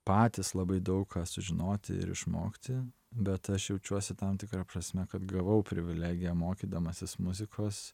patys labai daug ką sužinoti ir išmokti bet aš jaučiuosi tam tikra prasme kad gavau privilegiją mokydamasis muzikos